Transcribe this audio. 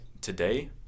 today